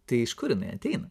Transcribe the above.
tai iš kur jinai ateina